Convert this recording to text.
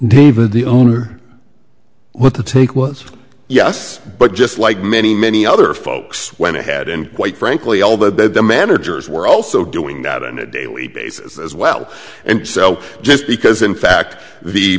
david the owner but the take was yes but just like many many other folks went ahead and quite frankly all the managers were also doing that on a daily basis as well and so just because in fact the